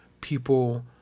people